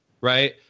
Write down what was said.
right